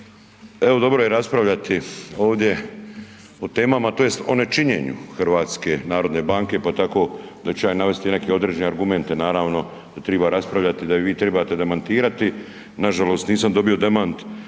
evo dobro je raspravljati ovdje o temama tj. o nečinjenu HNB-a pa tako da ću ja navesti i neke određene argumente, naravno da triba raspravljati da i vi tribate demantirati nažalost nisam dobio demant